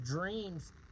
dreams